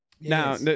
Now